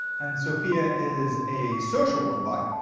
and sophia is a social robot.